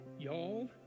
Y'all